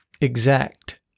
exact